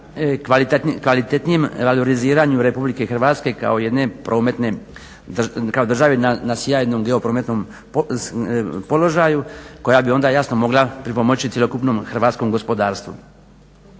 kvalitetnijem valoriziranju RH kao jedne prometne, kao države na sjajnom geoprometnom položaju koja bi onda jasno mogla pripomoći cjelokupnom hrvatskom gospodarstvu.